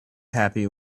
happy